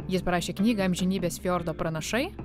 jis parašė knygą amžinybės fjordo pranašai